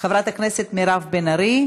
חברת הכנסת מירב בן ארי,